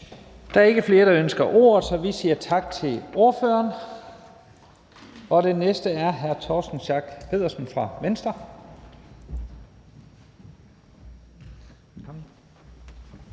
Der er ikke flere, der ønsker ordet, så vi siger tak til ordføreren. Den næste er hr. Torsten Schack Pedersen fra Venstre.